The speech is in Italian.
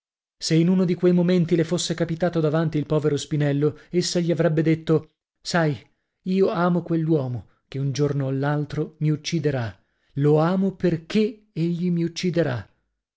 se in uno di quei momenti le fosse capitato davanti il povero spinello essa gli avrebbe detto sai io amo quell'uomo che un giorno o l'altro mi ucciderà lo amo perchè egli mi ucciderà